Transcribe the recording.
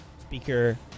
Speaker